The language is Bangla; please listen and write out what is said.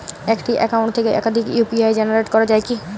একটি অ্যাকাউন্ট থেকে একাধিক ইউ.পি.আই জেনারেট করা যায় কি?